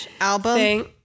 album